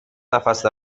نفس